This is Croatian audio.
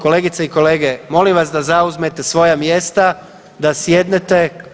Kolegice i kolege, molim vas da zauzmete svoja mjesta, da sjednete.